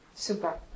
Super